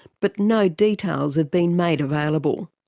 but no details have been made available.